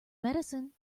medicine